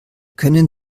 können